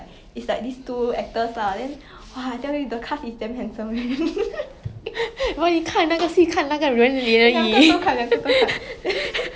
like 他们 yandao then 你要看